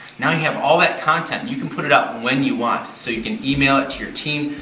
now you have all that content. you can put it up when you want. so you can email it to your team,